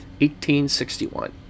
1861